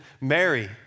Mary